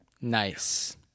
Nice